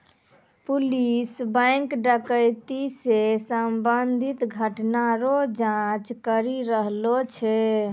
police bank डकैती से संबंधित घटना रो जांच करी रहलो छै